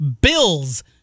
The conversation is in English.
BILLS